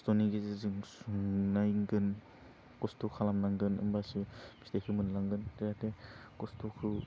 खस्थनि गेजेरजों सुननायगोन खस्थ खालामनांगोन होमबासो फिथाइखौ मोनलांगोन जाहाथे खस्थखौ